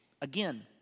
again